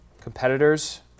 competitors